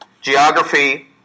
geography